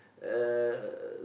uh